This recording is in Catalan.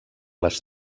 les